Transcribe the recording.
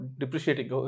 depreciating